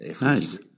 Nice